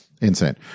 insane